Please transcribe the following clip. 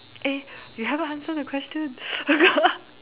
eh you haven't answer the question